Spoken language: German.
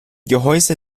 gehäuse